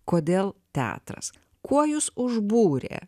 kodėl teatras kuo jus užbūrė